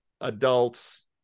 adults